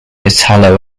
italo